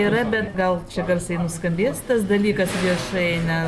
yra bet gal čia garsiai nuskambės tas dalykas viešai ne